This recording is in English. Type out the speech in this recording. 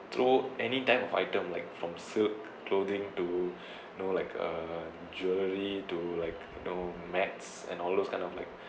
throw any type of item like from silk clothing to you know like uh jewelry to like you know mats and all those kind of like